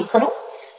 ખરું